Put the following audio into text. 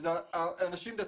שזה אנשים דתיים,